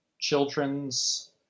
children's